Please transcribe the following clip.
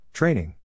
Training